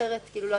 אחרת מה עשינו.